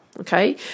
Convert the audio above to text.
okay